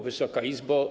Wysoka Izbo!